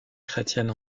chrétienne